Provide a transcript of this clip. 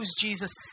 Jesus